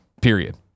period